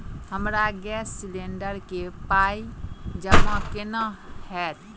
हमरा gas cylinder केँ पाई जमा केना हएत?